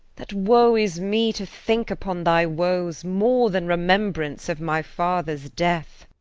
that woe is me to think upon thy woes, more than remembrance of my father's death.